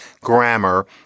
grammar